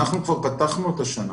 אנחנו כבר פתחנו את השנה,